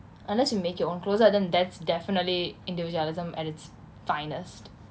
unless you make your own clothes ah then that's definitely individualism at it's finest